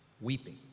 weeping